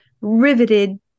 riveted